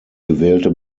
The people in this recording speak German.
gewählte